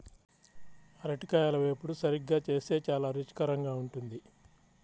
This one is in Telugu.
అరటికాయల వేపుడు సరిగ్గా చేస్తే చాలా రుచికరంగా ఉంటుంది